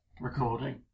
recording